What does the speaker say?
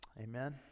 Amen